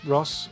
Ross